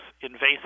invasive